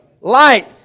Light